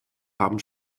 haben